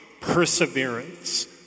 perseverance